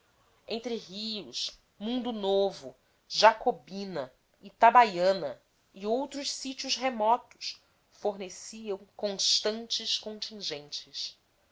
entre rios mundo novo jacobina itabaiana e outros sítios remotos forneciam constantes contingentes